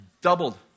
Doubled